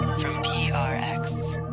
from prx,